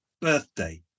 birthday